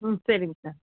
ம் சரிங்க சார்